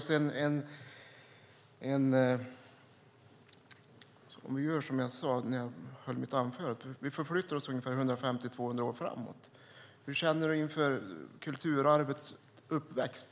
Som jag sade i mitt anförande: Om vi förflyttar oss ungefär 150-200 år framåt i tiden, hur känner Mattias Karlsson det inför kulturarvets framväxt?